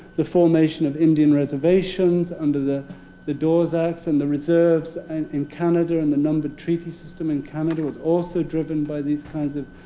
the formation of indian reservations under the the dawes acts and the reserves and in canada and the numbered treaty system in canada were also driven by these kinds of